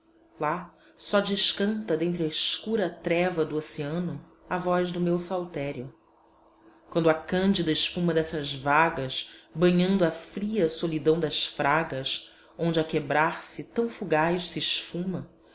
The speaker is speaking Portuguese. lá só descanta dentre a escura treva do oceano a voz do meu saltério quando a cândida espuma dessas vagas banhando a fria solidão das fragas onde a quebrar-se tão fugaz se esfuma